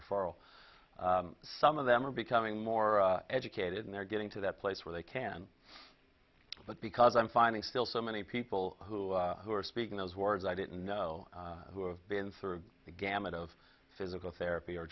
will some of them are becoming more educated and they're getting to that place where they can but because i'm finding still so many people who who are speaking those words i didn't know who have been through the gamut of physical therapy or